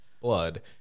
blood